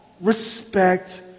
respect